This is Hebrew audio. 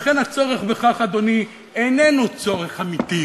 לכן הצורך בכך, אדוני, איננו צורך אמיתי.